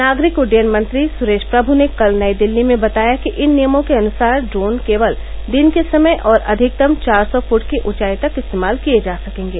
नागरिक उड्डयन मंत्री सुरेश प्रभू ने कल नई दिल्ली में बताया कि इन नियमों के अनुसार ड्रोन केवल दिन के समय और अधिकतम चार सौ फृट की ऊंचाई तक इस्तेमाल किए जो सकेंगे